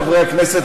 חברי הכנסת,